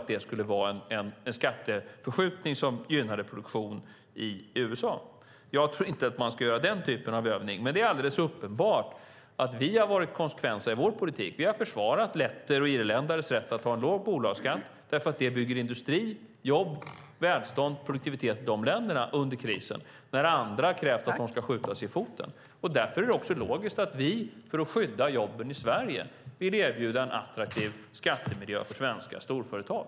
Det skulle vara en skatteförskjutning som gynnade produktion i USA. Jag tror inte att man ska göra den typen av övning. Men det är alldeles uppenbart att vi har varit konsekventa i vår politik. Vi har försvarat letters och irländares rätt att ha en låg bolagsskatt därför att det bygger industri, jobb, välstånd och produktivitet i de länderna under krisen. Andra har krävt att de ska skjuta sig i foten. Därför är det också logiskt att vi för att skydda jobben i Sverige vill erbjuda en attraktiv skattemiljö för svenska storföretag.